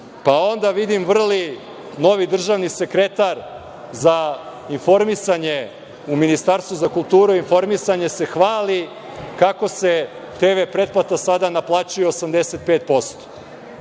Pa onda vidim vrli novi državni sekretar za informisanje u Ministarstvu za kulturu i informisanje se hvali kako se TV pretplata sada naplaćuje 85%,